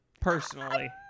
personally